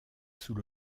sous